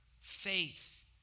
faith